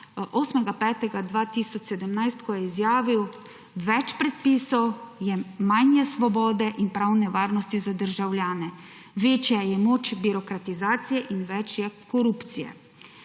8. 5. 2017, ko je izjavil, »več predpisov, manj je svobode in pravne varnosti za državljane, večja je moč birokratizacije in več je korupcije.